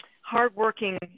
hardworking